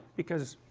because